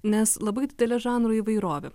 nes labai didelė žanrų įvairovė